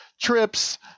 trips